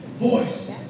voice